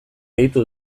gehitu